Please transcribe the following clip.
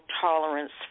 tolerance